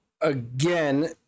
again